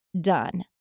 Done